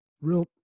real